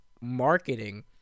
marketing